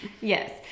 yes